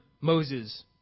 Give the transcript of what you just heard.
Moses